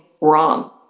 wrong